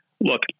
Look